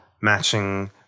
matching